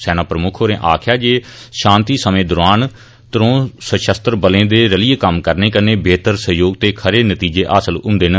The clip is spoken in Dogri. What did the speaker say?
सेना प्रमुक्ख होरें आक्खेया जे शांति समें दौरान त्रौं सशस्त्र बलें दे रलियै कम्म करने कन्नै बेहतर सहयोग ते खरे नतीजे हासल हुंदे न